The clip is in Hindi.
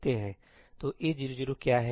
तो A00 क्या है